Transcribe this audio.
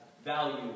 value